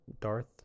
Darth